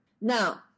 now